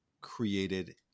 created